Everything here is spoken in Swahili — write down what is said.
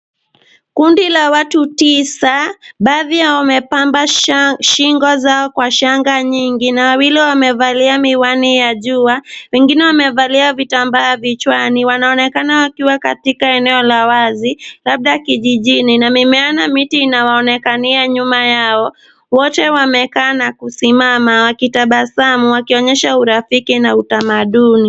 Kundi la watu tisa, baadhi yao wamepamba shingo zao kwa shanga nyingi na wawili wamevalia miwani ya jua, wengine wamevalia vitambaa vichwani, wanaonekana wakiwa katika eneo la wazi, labda kijijini na mimea na miti inawaonekania nyuma yao, wote wamekaa na kusimama, wakitabasamu, wakionyesha urafiki na utamaduni.